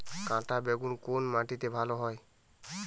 কাঁটা বেগুন কোন মাটিতে ভালো হয়?